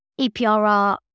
eprr